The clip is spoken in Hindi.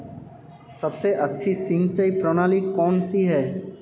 सबसे अच्छी सिंचाई प्रणाली कौन सी है?